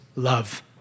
love